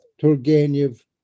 Turgenev